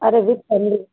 अरे with family